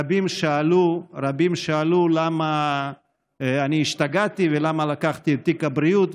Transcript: רבים שאלו למה השתגעתי ולמה לקחתי את תיק הבריאות,